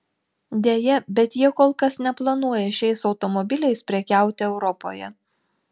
deja bet jie kol kas neplanuoja šiais automobiliais prekiauti europoje